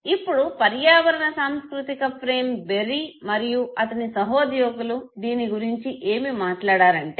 ఇప్పుడు పర్యావరణ సాంస్కృతిక ఫ్రేమ్ బెర్రీ మరియు అతని సహోద్యోగులు దీని గురించి ఏమి మాట్లాడారంటే